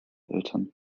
eltern